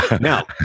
now